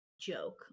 joke